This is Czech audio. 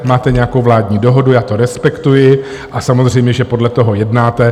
Máte nějakou vládní dohodu, já to respektuji, a samozřejmě že podle toho jednáte.